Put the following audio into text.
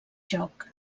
joc